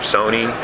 Sony